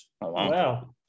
Wow